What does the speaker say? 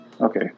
okay